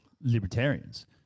libertarians